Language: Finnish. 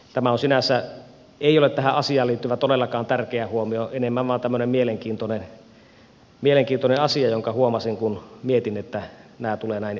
tämä ei sinänsä ole todellakaan tähän asiaan liittyvä tärkeä huomio enemmän vain tämmöinen mielenkiintoinen asia jonka huomasin kun mietin että nämä tulevat näin peräkkäin